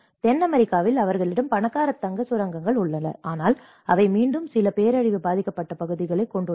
தென் அமெரிக்காவில் அவர்களிடம் பணக்கார தங்கச் சுரங்கங்கள் உள்ளன ஆனால் அவை மீண்டும் சில பேரழிவு பாதிக்கப்பட்ட பகுதிகளைக் கொண்டுள்ளன